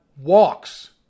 walks